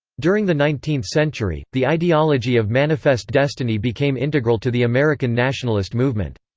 during the nineteenth century, the ideology of manifest destiny became integral to the american nationalist movement.